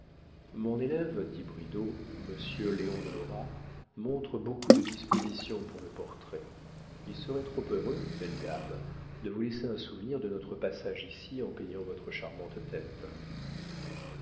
mon élève dit bridau monsieur léon de lora montre beaucoup de disposition pour le portrait il serait trop heureux belle dame de vous laisser un souvenir de notre passage ici en peignant votre charmante tête